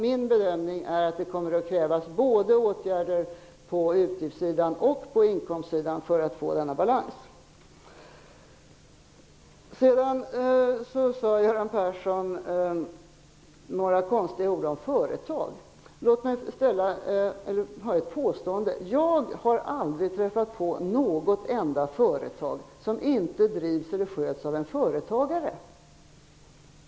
Min bedömning är att det kommer att krävas åtgärder både på utgiftssidan och på inkomstsidan för att åstadkomma balans. Sedan sade Göran Persson några konstiga ord om företag. Låt mig då göra följande påstående: Jag har aldrig träffat på något enda företag som inte sköts av en företagare.